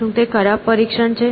શું તે ખરાબ પરીક્ષણ છે